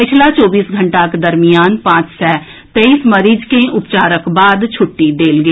पछिला चौबीस घंटाक दरमियान पांच सय तेईस मरीज के उपचारक बाद छुट्टी देल गेल